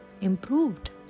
improved